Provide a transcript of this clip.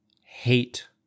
hate